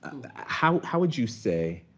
and how how would you say.